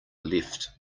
left